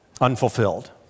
unfulfilled